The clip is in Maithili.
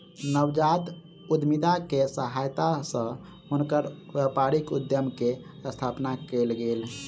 नवजात उद्यमिता के सहायता सॅ हुनकर व्यापारिक उद्यम के स्थापना कयल गेल